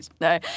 No